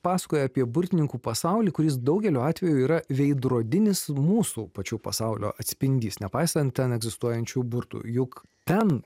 pasakoja apie burtininkų pasaulį kuris daugeliu atvejų yra veidrodinis mūsų pačių pasaulio atspindys nepaisant ten egzistuojančių burtų juk ten